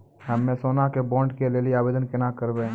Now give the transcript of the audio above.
हम्मे सोना के बॉन्ड के लेली आवेदन केना करबै?